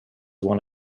one